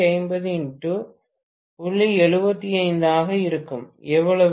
75 ஆக இருக்கும் எவ்வளவு